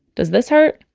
does this hurt?